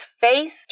face